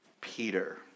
Peter